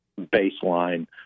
baseline